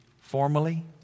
Formally